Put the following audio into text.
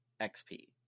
XP